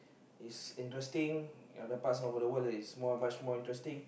is interesting other parts of the world is more much more interesting